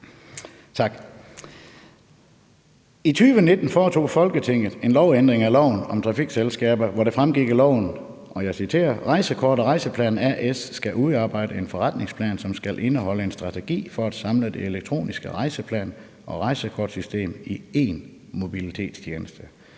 I 2019 foretog Folketinget en ændring af loven om trafikselskaber, så følgende fremgik af loven: »Rejsekort & Rejseplan A/S skal udarbejde en forretningsplan, som skal indeholde en strategi for at samle det elektroniske rejseplan- og rejsekortsystem i én mobilitetstjeneste,